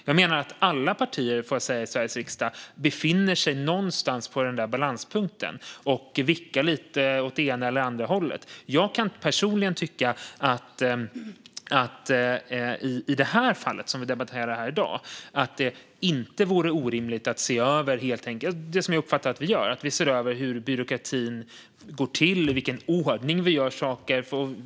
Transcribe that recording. Jag menar att alla partier i Sveriges riksdag befinner sig på denna balanspunkt och vickar lite åt ena eller andra hållet. Jag tycker personligen att i det i detta fall inte vore orimligt att se över byråkratin och i vilken ordning saker görs.